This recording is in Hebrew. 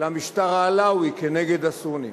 למשטר העלאווי נגד הסונים.